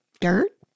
dirt